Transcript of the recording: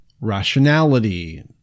rationality